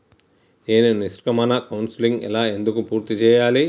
నేను నిష్క్రమణ కౌన్సెలింగ్ ఎలా ఎందుకు పూర్తి చేయాలి?